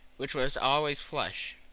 which was always flush.